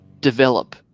develop